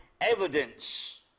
evidence